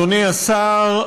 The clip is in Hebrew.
אדוני השר,